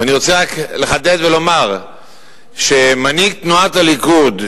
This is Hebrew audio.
ואני רוצה רק לחדד ולומר שמנהיג תנועת הליכוד,